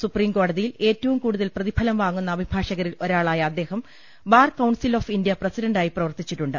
സുപ്രീംകോടതി ഏറ്റവും കൂടു തൽ പ്രതിഫലം വാങ്ങുന്ന അഭിഭാഷകരിൽ ഒരാളായ അദ്ദേഹം ബാർ കൌൺസിൽ ഓഫ് ഇന്ത്യ പ്രസിഡന്റായി പ്രവർത്തിച്ചിട്ടുണ്ട്